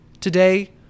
Today